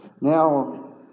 Now